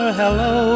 hello